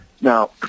Now